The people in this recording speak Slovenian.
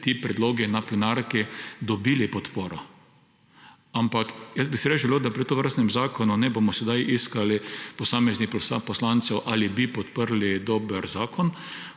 do plenarke, na plenarki dobili podporo. Ampak bi si res želel, da pri tovrstnem zakonu ne bomo sedaj iskali posameznih poslancev, ali bi podprli dober zakon,